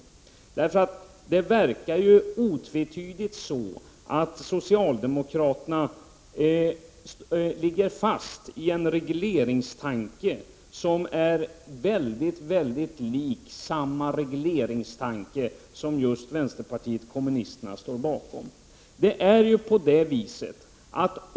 Det är otvetydigt så att socialdemokraterna sitter fast i ett regleringstänkande, som är väldigt likt det regleringstänkande som just vänsterpartiet kommunisterna står för.